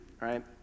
right